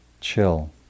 chill